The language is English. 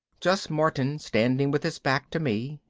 just martin standing with his back to me,